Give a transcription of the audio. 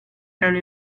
erano